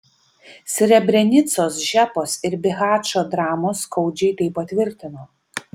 srebrenicos žepos ir bihačo dramos skaudžiai tai patvirtino